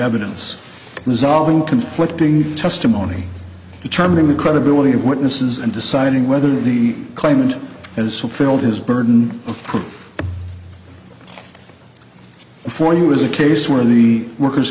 evidence resolving conflicting testimony determining the credibility of witnesses and deciding whether the claimant as fulfilled his burden of proof for you is a case where the workers